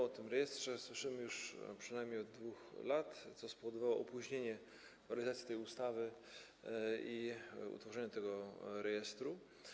O tym rejestrze słyszymy już przynajmniej od 2 lat, co spowodowało opóźnienie realizacji tej ustawy i utworzenie tego rejestru.